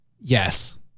Yes